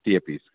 टीह पीस